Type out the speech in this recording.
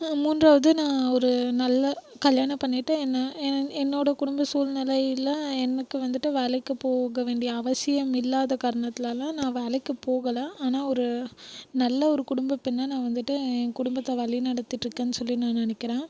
மூன்றாவது நான் ஒரு நல்ல கல்யாணம் பண்ணிட்டு என்ன என்னோடய குடும்ப சூழ்நிலையில எனக்கு வந்துட்டு வேலைக்கு போக வேண்டிய அவசியம் இல்லாத காரணத்தினால நான் வேலைக்கு போகலை ஆனால் ஒரு நல்ல ஒரு குடும்ப பெண்ணாக நான் வந்துட்டு என் குடும்பத்தை வழி நடத்திட்டிருக்கேனு சொல்லி நான் நினைக்கிறன்